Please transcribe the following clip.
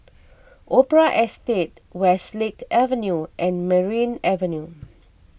Opera Estate Westlake Avenue and Merryn Avenue